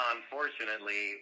Unfortunately